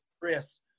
Chris